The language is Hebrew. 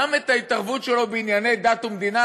גם ההתערבות שלו בענייני דת ומדינה,